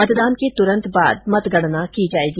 मतदान के तुरंत बाद मतगणना की जाएगी